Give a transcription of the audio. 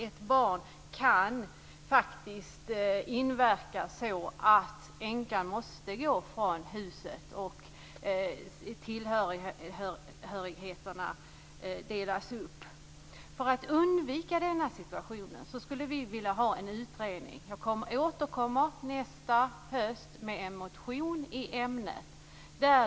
Ett barn kan faktiskt medverka till att änkan måste gå från huset och tillhörigheterna delas upp. För att undvika denna situation skulle vi vilja ha en utredning där särkullbarnens krav utreds. Jag återkommer nästa höst med en motion i ämnet.